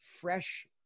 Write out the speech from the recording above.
fresh